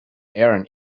aaron